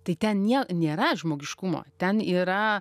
tai ten nie nėra žmogiškumo ten yra